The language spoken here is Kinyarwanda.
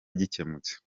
gikemutse